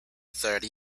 thirty